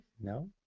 No